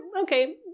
okay